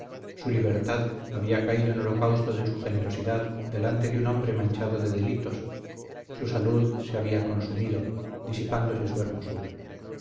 su libertad había caído en holocausto de su generosidad delante de un hombre manchado de delitos su salud se había consumido disipándose su hermosura